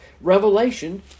Revelation